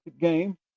game